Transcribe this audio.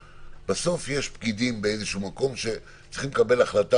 יש פקידים באיזה מקום שצריכים לקבל החלטה